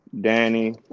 Danny